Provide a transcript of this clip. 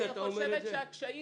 חושבת שהקשיים